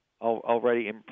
already